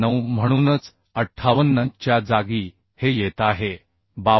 9 म्हणूनच 58 च्या जागी हे येत आहे 52